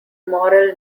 moral